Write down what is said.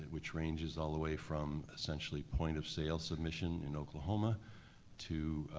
which ranges all the way from essentially point-of-sale submission in oklahoma to